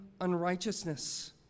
unrighteousness